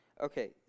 okay